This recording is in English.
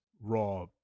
raw